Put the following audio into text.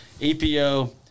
EPO